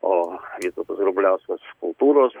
o o vytautas grubliaskas kultūros